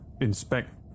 inspect